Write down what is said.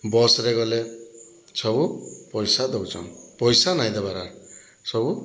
bus ରେ ଗଲେ ସବୁ ପଇସା ଦଉଛନ ପଇସା ନାହିଁ ଦେବାର ଆର ସବୁ